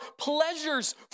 pleasures